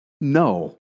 No